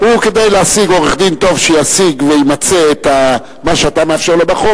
כדי להשיג עורך-דין טוב שישיג וימצה את מה שאתה מאפשר לו בחוק,